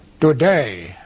Today